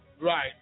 Right